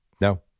No